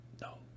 No